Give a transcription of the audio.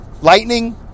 Lightning